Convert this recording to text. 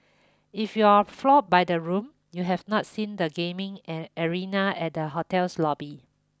if you're floored by the room you have not seen the gaming air arena at the hotel's lobby